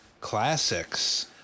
classics